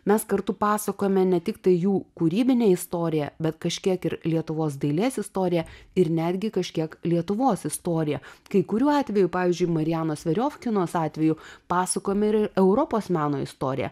mes kartu pasakome ne tik tai jų kūrybinę istoriją bet kažkiek ir lietuvos dailės istoriją ir netgi kažkiek lietuvos istoriją kai kurių atvejų pavyzdžiui marianos veriovkinos atveju pasakojome ir europos meno istoriją